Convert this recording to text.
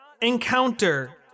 encounter